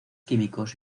químicos